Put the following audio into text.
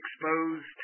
exposed